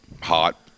hot